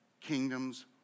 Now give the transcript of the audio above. kingdoms